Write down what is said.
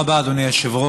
תודה רבה, אדוני היושב-ראש.